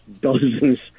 dozens